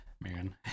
man